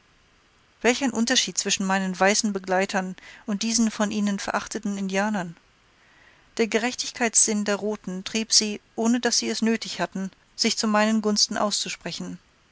welch ein unterschied zwischen meinen weißen begleitern und diesen von ihnen verachteten indianern der gerechtigkeitssinn der roten trieb sie ohne daß sie es nötig hatten sich zu meinen gunsten auszusprechen